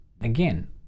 again